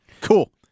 Cool